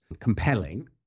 compelling